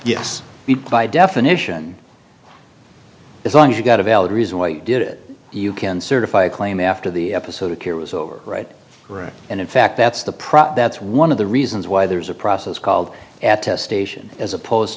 yes by definition as long as you've got a valid reason why you did it you can certify a claim after the episode of care was over right right and in fact that's the product that's one of the reasons why there's a process called at test station as opposed